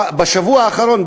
בשבוע האחרון,